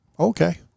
okay